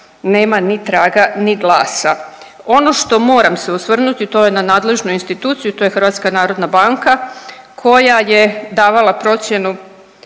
nema ni traga, ni glasa. Ono što moram se osvrnuti to je na nadležnu instituciju, to je HNB koja je davala procjenu,